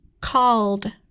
called